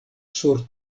sur